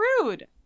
rude